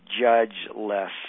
judge-less